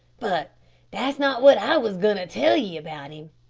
but that's not wot i wos goin' to tell ye about him,